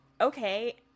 okay